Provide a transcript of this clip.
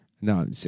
No